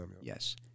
Yes